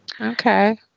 Okay